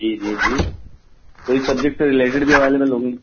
جی جی جی کوئی سبزیکٹ سے ریلیٹڈ بھی اویلیبل ہوں گی